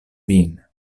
vin